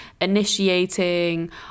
initiating